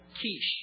quiche